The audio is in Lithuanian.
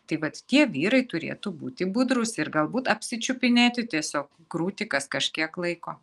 tai vat tie vyrai turėtų būti budrūs ir galbūt apsičiupinėti tiesiog krūtį kas kažkiek laiko